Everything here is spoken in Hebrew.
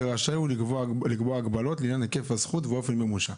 ורשאי הוא לקבוע הגבלות לעניין היקף הזכות ואופן מימושה.